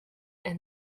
and